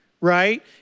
right